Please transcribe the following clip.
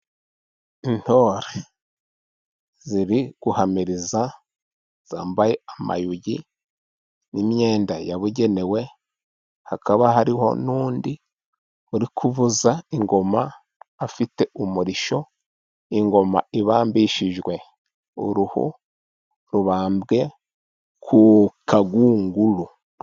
Intore ziri guhamiriza zambaye amayugi n'imyenda yabugenewe, hakaba hariho n'undi uri kuvuza ingoma afite umurishyo. Ingoma ibambishijwe uruhu rubambwe ku kagunguru.